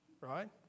Right